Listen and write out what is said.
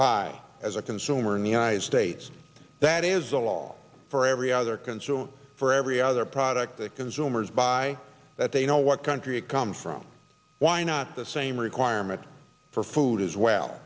buy as a consumer in the united states that is a law for every other consumer for every other product that consumers buy that they know what country it comes from why not the same requirement for food as well